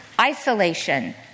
Isolation